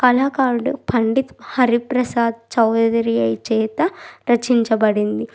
కళాకారుడు పండిత్ హరి ప్రసాద్ చౌదరి గారి చేత రచయించబడింది